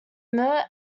mir